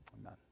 Amen